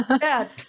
Bad